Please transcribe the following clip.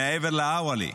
מעבר לאוואלי.